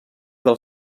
del